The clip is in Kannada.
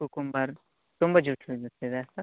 ಕುಕುಂಬರ್ ತುಂಬ ಜ್ಯುಸ್ ಇದೆ ಸರ್